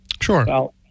Sure